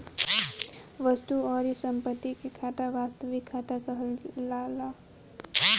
वस्तु अउरी संपत्ति के खाता वास्तविक खाता कहलाला